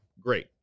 Great